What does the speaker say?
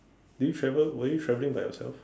did travel were you travelling by yourself